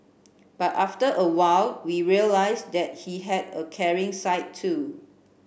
but after a while we realised that he had a caring side too